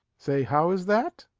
say, how is that?